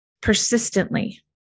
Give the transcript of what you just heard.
persistently